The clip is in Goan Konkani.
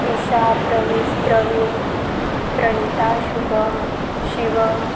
इशा प्रवेश प्रवीण प्रणिता शुभम शिवम